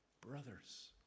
Brothers